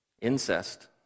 Incest